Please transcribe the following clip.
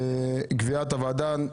אנחנו עוברים לסעיף ג: קביעת ועדה לדיון